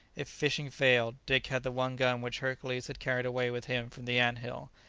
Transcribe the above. if fishing failed, dick had the one gun which hercules had carried away with him from the ant-hill,